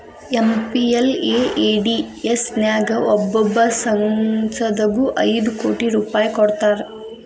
MPLADS ನ್ಯಾಗ ಒಬ್ಬೊಬ್ಬ ಸಂಸದಗು ಐದು ಕೋಟಿ ರೂಪಾಯ್ ಕೊಡ್ತಾರಾ